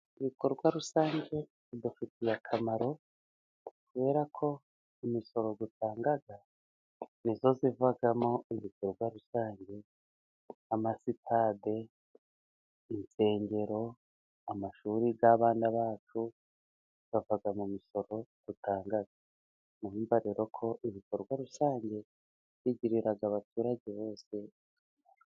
Ibikorwa rusange bidufitiye akamaro, kubera ko imisoro dutanga ni yo ivamo ibikorwa rusange, amasitade, insengero, amashuri y'abana bacu ava mu misoro dutanga. Murumva rero ko ibikorwa rusange bigirira abaturage bose akamaro.